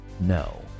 No